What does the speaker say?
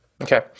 okay